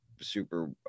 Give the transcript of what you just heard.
super